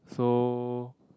so